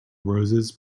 roses